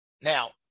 Now